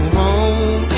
home